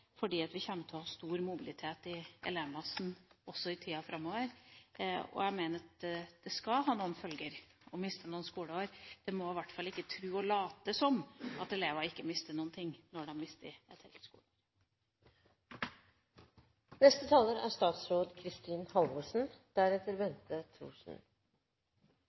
ha stor mobilitet i elevmassen også i tida framover. Jeg mener at det skal ha noen følger å miste noen skoleår. Man må i hvert fall ikke tro, og late som, at elever ikke mister noe når de mister